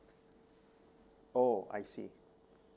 oh I see